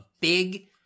big